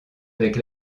avec